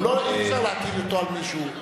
אי-אפשר להטיל אותו על מישהו.